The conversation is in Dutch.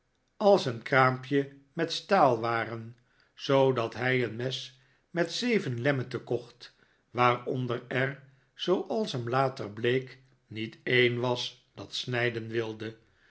als een kraampje met staalwaren zoodat hij een mes met zeven lemmeten kocht waaronder er zooals hem later bleek niet een was dat snijden wilde